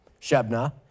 Shebna